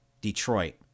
Detroit